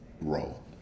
role